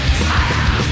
fire